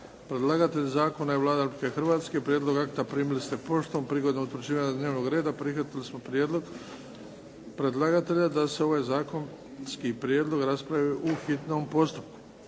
Predlagatelj zakona je Vlada Republike Hrvatske. Prijedlog akta primili ste poštom. Prilikom utvrđivanja dnevnog reda prihvatili smo prijedlog predlagatelja da se ovaj zakonski prijedlog raspravi u hitnom postupku.